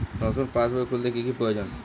নতুন পাশবই খুলতে কি কি প্রয়োজন?